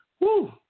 woo